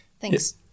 Thanks